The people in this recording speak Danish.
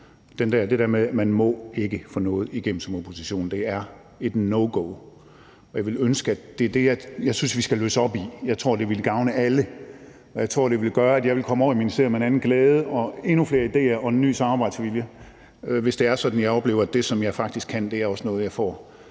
det der med, at man ikke må få noget igennem som opposition – det er et no-go. Og det er det, jeg synes vi skal løsne op. Jeg tror, det ville gavne alle, og jeg tror, det ville gøre, at jeg ville komme over i ministeriet med en anden glæde og endnu flere idéer og en ny samarbejdsvilje, hvis det var sådan, at jeg oplevede, at det, jeg faktisk kan, også er noget, jeg får